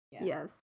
Yes